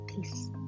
Peace